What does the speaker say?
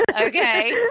Okay